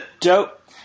Dope